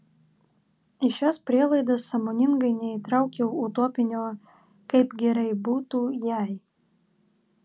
į šias prielaidas sąmoningai neįtraukiau utopinio kaip gerai būtų jei